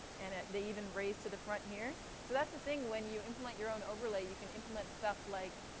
and they even raise to the front here. so that's the thing. when you implement your own overlay, you can implement stuff, like,